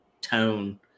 tone